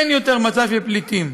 אין יותר מצב של פליטים.